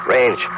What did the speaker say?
Range